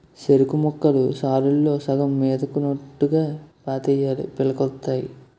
సెరుకుముక్కలు సాలుల్లో సగం మీదకున్నోట్టుగా పాతేయాలీ పిలకలొత్తాయి